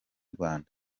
rwanda